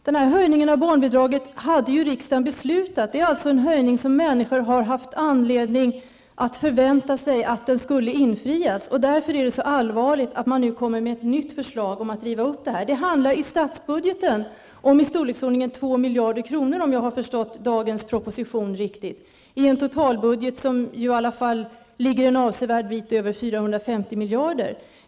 Fru talman! Riksdagen hade ju beslutat om denna höjning av barnbidraget. Det är alltså en höjning som människor har haft anledning att förvänta sig att den skulle infrias. Det är därför det är så allvarligt att det nu kommer ett nytt förslag om att beslutet skall rivas upp. Det handlar i statsbudgeten -- om jag har förstått dagens proposition riktigt -- om ungefär 2 miljarder kronor i en totalbudget som ju i alla fall ligger en avsevärd bit över 450 miljarder.